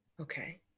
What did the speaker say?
okay